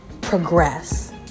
progress